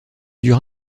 dure